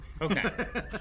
Okay